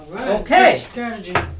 Okay